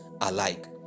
alike